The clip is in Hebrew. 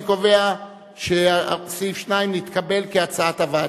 אני קובע שסעיף 2 נתקבל כהצעת הוועדה.